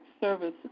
service